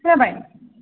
खोनाबाय